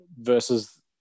versus